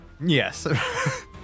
Yes